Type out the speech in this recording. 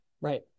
right